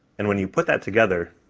and when you put that together,